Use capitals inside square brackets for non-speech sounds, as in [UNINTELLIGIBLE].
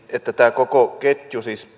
että tällä koko ketjulla siis [UNINTELLIGIBLE]